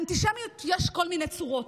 לאנטישמיות יש כל מיני צורות.